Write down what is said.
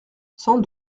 sans